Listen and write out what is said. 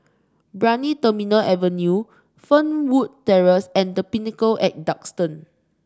Brani Terminal Avenue Fernwood Terrace and The Pinnacle at Duxton